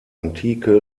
antike